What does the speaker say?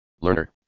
Learner